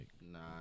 Nah